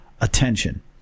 attention